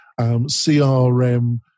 CRM